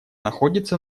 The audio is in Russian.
находится